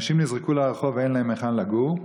אנשים נזרקו לרחוב ואין להם היכן לגור.